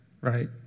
right